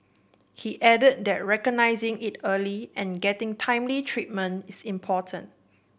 he added that recognising it early and getting timely treatment is important